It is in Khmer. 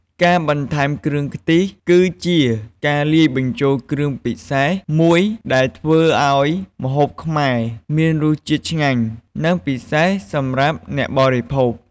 ការបន្ថែមគ្រឿងខ្ទិះ គឺជាការលាយបញ្ចូលគ្រឿងពិសេសមួយដែលធ្វើឱ្យម្ហូបខ្មែរមានរសជាតិឆ្ងាញ់ និងពិសេសសម្រាប់អ្នកបរិភោគ។